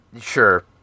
Sure